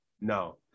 No